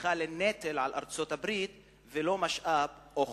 נהפכה לנטל על ארצות-הברית ולא משאב או חוזק.